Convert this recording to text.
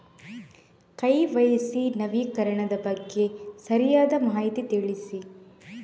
KYC ನವೀಕರಣದ ಬಗ್ಗೆ ಸರಿಯಾದ ಮಾಹಿತಿ ತಿಳಿಸಿ?